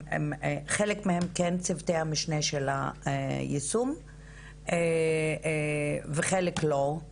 חלק מהם כן צוותי המשנה של היישום וחלק לא,